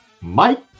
Mike